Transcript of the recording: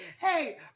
Hey